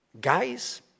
guys